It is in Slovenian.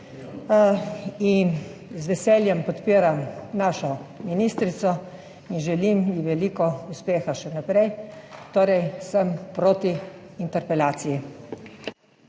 in z veseljem podpiram našo ministrico in želim ji veliko uspeha še naprej. Torej sem proti interpelaciji.